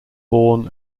born